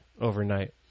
overnight